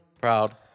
Proud